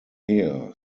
here